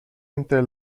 entre